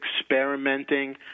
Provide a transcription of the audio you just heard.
experimenting